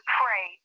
pray